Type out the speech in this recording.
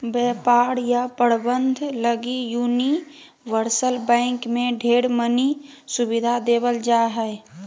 व्यापार या प्रबन्धन लगी यूनिवर्सल बैंक मे ढेर मनी सुविधा देवल जा हय